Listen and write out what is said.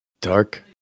Dark